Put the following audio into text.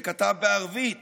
שכתב בערבית